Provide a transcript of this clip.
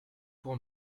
pour